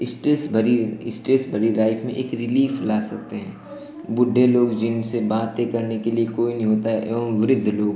stage भरी stress भरी life में एक रिलीफ़ ला सकते हैं बुड्ढे लोग जिनसे बातें करने के लिए कोई नहीं होता है एवं वृद्ध लोग